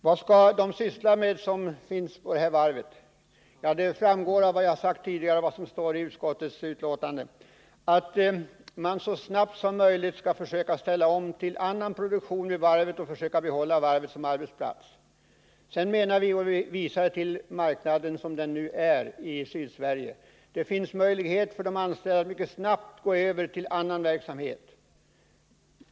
Vad de anställda vid Öresundsvarvet skall syssla med framgår av vad jag har sagt tidigare och vad som står i utskottets betänkande. Man skall så snabbt som möjligt försöka ställa om till annan produktion och försöka behålla varvet som arbetsplats. F. ö. hänvisar vi till den goda arbetsmarknad som nu finns i Sydsverige. Det finns möjlighet för de anställda att mycket snabbt gå över till annan verksamhet.